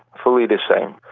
fully the same.